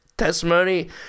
testimony